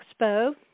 expo